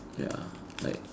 ya like